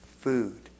food